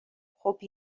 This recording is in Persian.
خوب